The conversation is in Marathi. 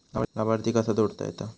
लाभार्थी कसा जोडता येता?